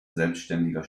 selbstständiger